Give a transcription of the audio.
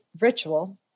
ritual